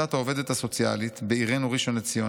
בעצת העובדת הסוציאלית בעירנו ראשון לציון